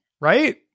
Right